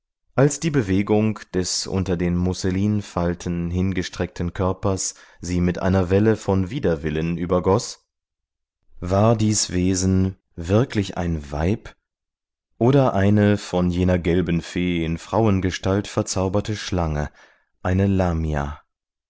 als die bewegung des unter den musselinfalten hingestreckten körpers sie mit einer welle von widerwillen übergoß war dies wesen wirklich ein weib oder eine von jener gelben fee in frauengestalt verzauberte schlange eine lamia